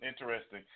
interesting